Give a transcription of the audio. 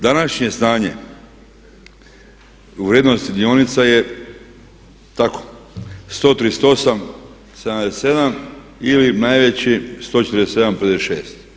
Današnje stanje u vrijednosti dionica je tako, 138,77 ili najveći 147,56.